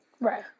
Right